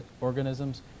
organisms